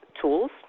tools